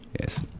Yes